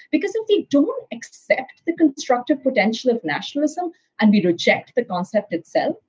because if they don't accept the constructive potential of nationalism and we reject the concept itself,